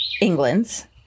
England's